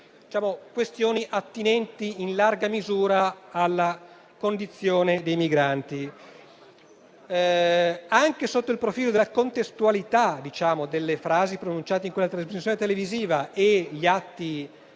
questioni attinenti in larga misura alla condizione dei migranti. Anche sotto il profilo della contestualità delle frasi pronunciate in quella trasmissione televisiva con gli atti